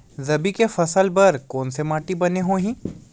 रबी के फसल बर कोन से माटी बने होही?